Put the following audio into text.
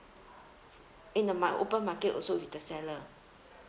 in the ma~ open market also with the seller